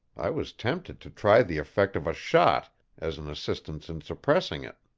i was tempted to try the effect of a shot as an assistance in suppressing it.